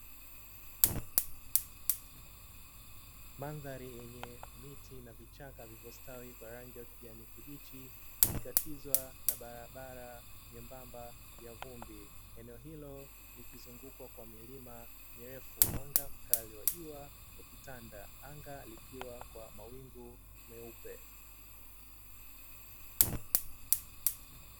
Mandhari yenye miti na vichaka vilivyostawi kwa rangi ya kijani kibichi ikikatizwa na barabara nyembamba ya vumbi, eneo hilo likizungukwa kwa milima mirefu, mwanga mkali wa jua ukitanda, anga likiwa kwa mawingu meupe.